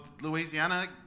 Louisiana